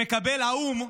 שמקבל האו"ם,